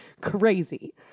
Crazy